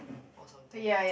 or something